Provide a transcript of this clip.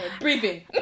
breathing